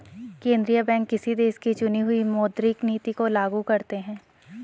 केंद्रीय बैंक किसी देश की चुनी हुई मौद्रिक नीति को लागू करते हैं